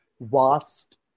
vast